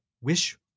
wish